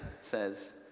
says